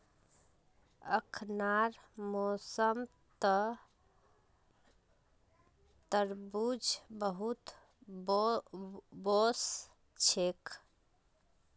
अखनार मौसमत तरबूज बहुत वोस छेक